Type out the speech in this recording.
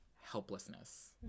helplessness